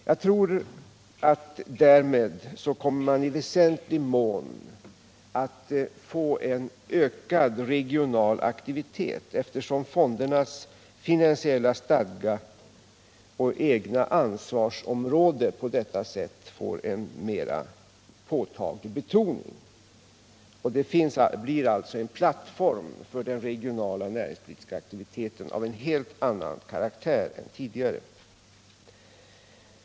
Jag tror att man därmed i väsentlig mån kommer att få en ökad regional aktivitet, eftersom fondernas finansiella stadga och det egna ansvarsområdet på detta sätt får en mera påtaglig betoning. Det blir alltså en plattform för den regionala näringspolitiska aktiviteten av helt annan karaktär än tidigare.